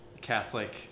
Catholic